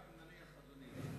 גם אם נניח, אדוני,